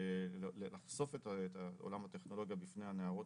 לחשוף את עולם הטכנולוגיה בפני הנערות